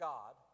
God